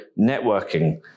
networking